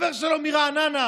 חבר שלו מרעננה,